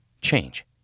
change